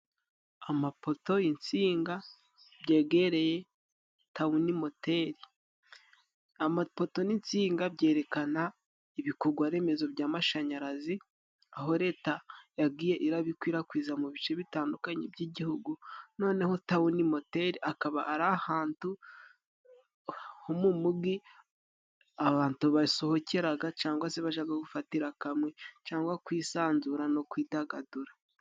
Amapoto insinga byegereye tawuni moteri; amapoto n'insinga byerekana ibikorwaremezo by'amashanyarazi aho leta yagiye irabikwirakwiza mu bice bitandukanye by'igihugu, noneho tawuni moteri akaba ari ahantu ho mu mugi abantu basohokeraga, cangwa se bajaga gufatira kamwe cangwa kwisanzura no kwidagadura.